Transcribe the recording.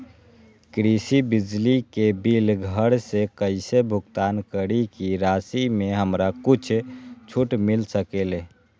कृषि बिजली के बिल घर से कईसे भुगतान करी की राशि मे हमरा कुछ छूट मिल सकेले?